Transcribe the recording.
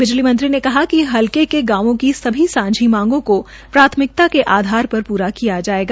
बिजली मंत्री ने कहा कि हलके के गांवों की सभी सांझी मांगों को प्राथमिकता के आधार पर पूरा किया जायेगा